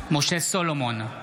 משה סולומון,